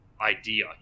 idea